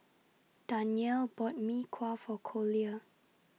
Danyell bought Mee Kuah For Collier